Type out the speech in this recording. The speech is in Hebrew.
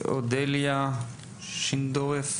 אודליה שינדרוף.